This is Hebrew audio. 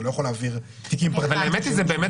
אתה לא יכול להעביר תיקים פרטיים --- האמת היא שבאמת